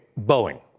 Boeing